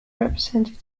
represented